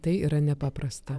tai yra nepaprasta